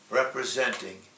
representing